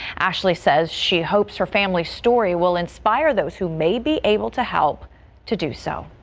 ashley says she hopes her family story will inspire those who may be able to help to do so